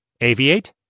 Aviate